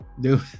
Dude